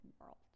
world